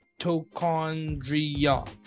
mitochondria